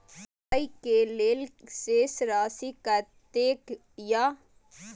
आय के लेल शेष राशि कतेक या?